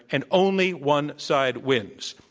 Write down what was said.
and only one side wins.